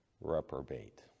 reprobate